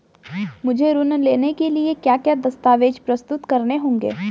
मुझे ऋण लेने के लिए क्या क्या दस्तावेज़ प्रस्तुत करने होंगे?